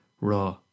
raw